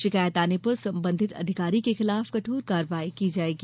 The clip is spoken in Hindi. शिकायत आने पर संबंधित अधिकारी के विरूद्ध कठोर कार्यवाही की जायेगी